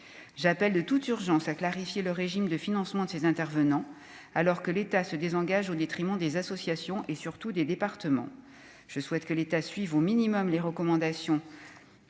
j'appelle de toute urgence à clarifier le régime de financement de ces intervenants alors que l'État se désengage au détriment des associations et surtout des départements, je souhaite que l'État suive au minimum les recommandations